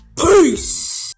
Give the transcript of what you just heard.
Peace